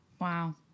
Wow